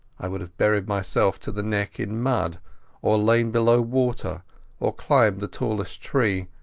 i would have buried myself to the neck in mud or lain below water or climbed the tallest tree.